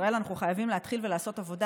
בישראל אנחנו חייבים להתחיל לעשות עבודה